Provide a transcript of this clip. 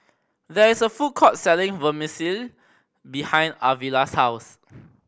there is a food court selling Vermicelli behind Arvilla's house